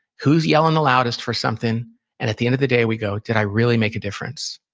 who's yelling the loudest for something. and at the end of the day, we go, did i really make a difference?